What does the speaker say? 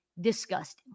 Disgusting